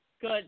Good